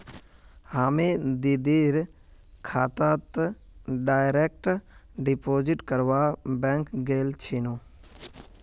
हामी दीदीर खातात डायरेक्ट डिपॉजिट करवा बैंक गेल छिनु